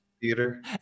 Theater